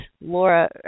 Laura